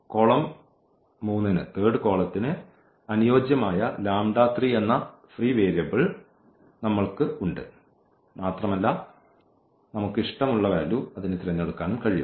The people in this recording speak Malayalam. കോളം 3 ന് അനുയോജ്യമായ എന്ന ഫ്രീ വേരിയബിൾ നമ്മൾക്ക് ഉണ്ട് മാത്രമല്ല നമുക്ക് ഇഷ്ടമുള്ളത് തിരഞ്ഞെടുക്കാനും കഴിയും